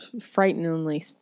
frighteningly